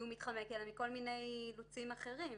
מכיוון שהוא מתחמק אלא מכל מיני אילוצים אחרים.